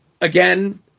again